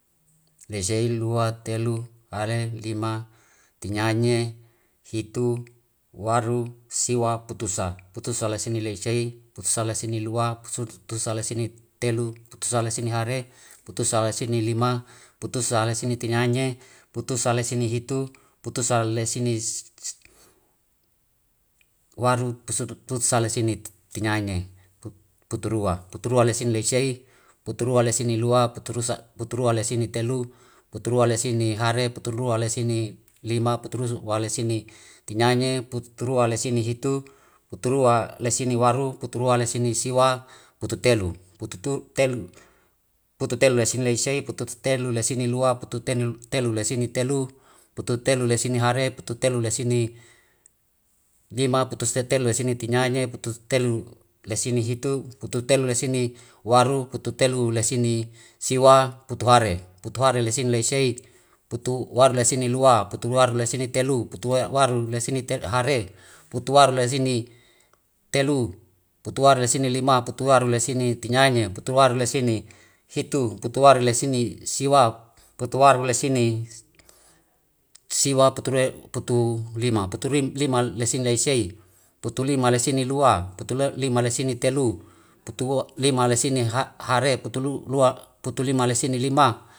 Leisei, lua, telu, hare, lima, tinaine, hitu, waru, siwa, putusa. putusa laseni leisei, putusa laseni lua, putusa laseni telu, putusa laseni hale, putusa laseni lima, putusa laseni tinaine, putusa laseni hitu, putusa laseni waru, putusa laseni siwa, puturua. Puturua lesini leisei, puturua lesini lua, puturua lesini telu, puturua lesini hare, puturua lesini lima, puturua lesini tinaine, puturua lesini hitu, puturua lesini waru, puturua lesini siwa, pututelu. Putuelu laisine laise, putuelu laisine lua, putuelu laisine telu, putuelu laisine hare, putuelu laisine lima, putuelu laisine tinaine, putuelu laisine hitu, putuelu laisine waru, putuelu laisine siwa, putuhare. Putuhare laisine laise, putuhare laisine lua, putuhare laisine telu, putuhare laisine hare, putuhare laisine lima, putuhare laisine tinaine, putuhare laisine hitu, putuhare laisine waru, putuhare laisine siwa, putulima. Putulima leisine laise, putulima leisine lua, putulima leisine telu, putulima leisine hare, putulima leisine lima.